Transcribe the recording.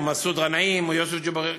מסעוד גנאים או יוסף ג'בארין,